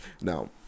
Now